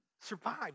survive